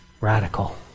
radical